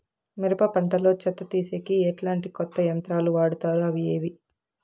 మిరప పంట లో చెత్త తీసేకి ఎట్లాంటి కొత్త యంత్రాలు వాడుతారు అవి ఏవి?